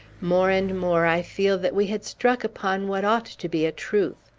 more and more i feel that we had struck upon what ought to be a truth.